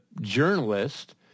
journalist